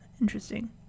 Interesting